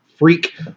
Freak